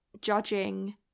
judging